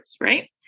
right